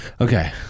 Okay